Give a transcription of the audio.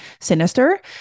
sinister